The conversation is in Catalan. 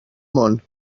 món